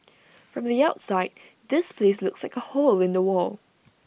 from the outside this place looks like A hole in the wall